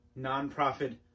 nonprofit